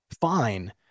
fine